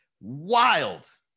wild